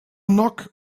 knock